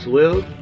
live